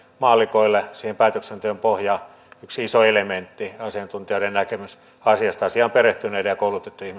maallikoille sen päätöksenteon pohjaksi yksi iso elementti asiantuntijoiden näkemys asiasta asiaan perehtyneiden ja koulutettujen